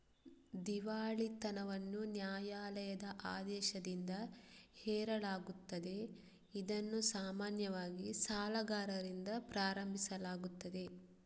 ದಿವಾಳಿತನವನ್ನು ನ್ಯಾಯಾಲಯದ ಆದೇಶದಿಂದ ಹೇರಲಾಗುತ್ತದೆ, ಇದನ್ನು ಸಾಮಾನ್ಯವಾಗಿ ಸಾಲಗಾರರಿಂದ ಪ್ರಾರಂಭಿಸಲಾಗುತ್ತದೆ